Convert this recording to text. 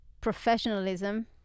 professionalism